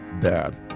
dad